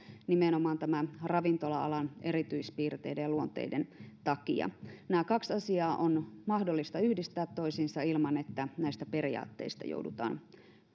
nimenomaan ravintola alan erityispiirteiden ja luonteen takia nämä kaksi asiaa on mahdollistaa yhdistää toisiinsa ilman että näistä periaatteista joudutaan